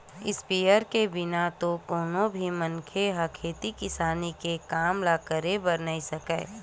sprayer के बिना तो कोनो भी मनखे ह खेती किसानी के काम ल करबे नइ कर सकय